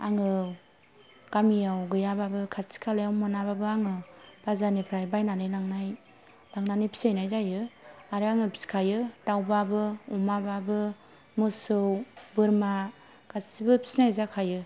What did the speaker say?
आङो गामियाव गैयाब्लाबो खाथि खालायाव मोनाबाबो आङो बाजारनिफ्राय बायनानै लांनाय लांनानै फिहैनाय जायो आरो आङो फिखायो दाउबाबो अमाबाबो मोसौ बोरमा गासिबो फिनाय जाखायो